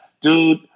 Dude